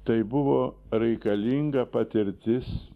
tai buvo reikalinga patirtis